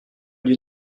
lieu